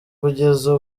kugeza